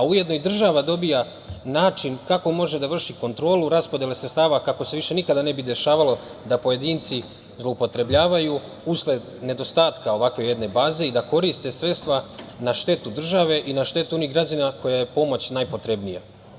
Ujedno država dobija način kako može da vrši kontrolu sredstava kako se više nikada ne bi dešavalo da pojedinci zloupotrebljavaju, usled nedostatka ovakve jedne baze i da koriste sredstva na štetu države i na štetu onih građana kojima je pomoć najpotrebnija.